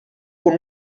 con